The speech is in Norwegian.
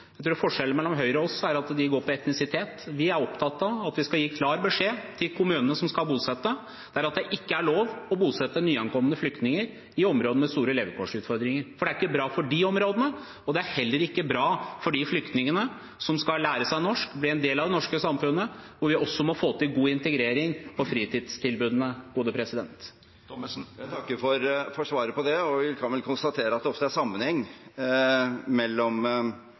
Jeg tror forskjellen mellom Høyre og oss er at de går på etnisitet. Vi er opptatt av at vi skal gi klar beskjed om til kommunene som skal bosette, at det ikke er lov å bosette nyankomne flyktninger i områder med store levekårsutfordringer. Det er ikke bra for de områdene, og det er heller ikke bra for de flyktningene som skal lære seg norsk og bli en del av det norske samfunnet, hvor vi også må få til god integrering på fritidstilbudene Jeg takker for svaret på det. Vi kan vel konstatere at det ofte er sammenheng mellom